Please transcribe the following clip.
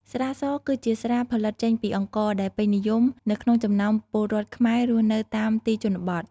ស្រាស គឺជាស្រាផលិតចេញពីអង្ករ ដែលពេញនិយមនៅក្នុងចំណោមពលរដ្ឋខ្មែររស់នៅតាមទីជនបទ។